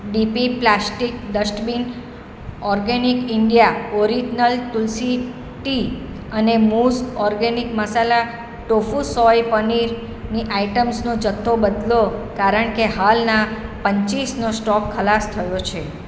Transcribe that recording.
DP plastic dustbin organic India original Tulsi tea અને મૂઝ organic masala tofu soy પનીરની આઇટમ્સનો જથ્થો બદલો કારણકે હાલના બંચીસનો સ્ટોક ખલાસ થયો છે